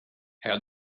how